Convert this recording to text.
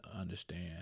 understand